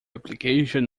application